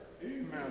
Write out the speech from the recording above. Amen